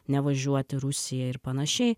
nevažiuot į rusiją ir panašiai